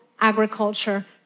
agriculture